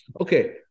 Okay